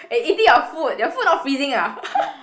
and eating your food your food not freezing ah